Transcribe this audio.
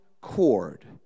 cord